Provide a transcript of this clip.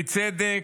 לפי צדק,